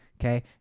okay